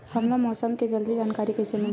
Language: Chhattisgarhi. हमला मौसम के जल्दी जानकारी कइसे मिलही?